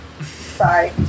Sorry